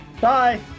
Bye